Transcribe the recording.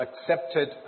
accepted